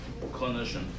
clinician